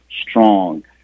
strong